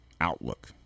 outlook